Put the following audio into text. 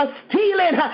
stealing